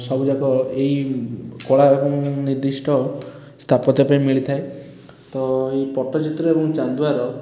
ସବୁଯାକ ଏଇ କଳା ଏବଂ ନିର୍ଦ୍ଧିଷ୍ଟ ସ୍ଥାପତ୍ୟ ପାଇଁ ମିଳିଥାଏ ତ ଏଇ ପଟ୍ଟଚିତ୍ର ଏବଂ ଚାନ୍ଦୁଆର